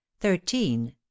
Thirteen